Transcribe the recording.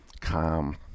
Calm